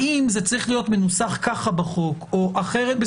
האם זה צריך להיות מנוסח ככה בחוק או אחרת,